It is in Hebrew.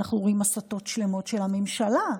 אנחנו רואים הסתות שלמות של הממשלה,